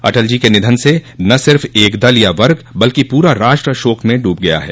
अटल जी के निधन से न सिर्फ एक दल या वर्ग बल्कि पूरा राष्ट्र शोक में डूब गया है